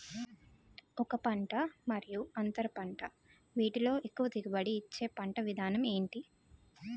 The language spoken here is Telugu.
ఒక పంట మరియు అంతర పంట వీటిలో ఎక్కువ దిగుబడి ఇచ్చే పంట విధానం ఏంటి?